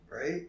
Right